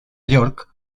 york